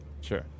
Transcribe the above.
Sure